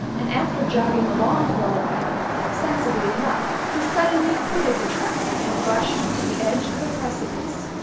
and after jogging along for a while sensibly enough he suddenly quitted the track and rushed to the edge of a precipice.